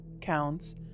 counts